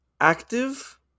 active